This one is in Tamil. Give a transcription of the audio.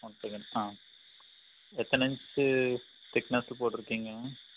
ஒன் செகண்ட் ஆ எத்தனை இன்ச்சு திக்னஸ் போட்டுருக்கீங்க